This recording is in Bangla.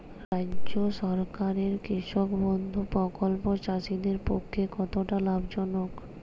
রাজ্য সরকারের কৃষক বন্ধু প্রকল্প চাষীদের পক্ষে কতটা লাভজনক?